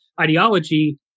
ideology